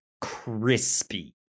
crispy